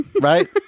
right